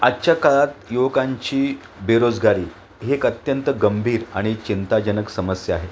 आजच्या काळात युवकांची बेरोजगारी ही एक अत्यंत गंभीर आणि चिंताजनक समस्या आहे